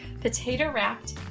potato-wrapped